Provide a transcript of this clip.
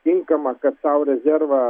tinkamą kad sau rezervą